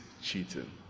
cheating